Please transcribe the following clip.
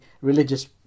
religious